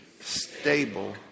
stable